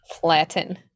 Flatten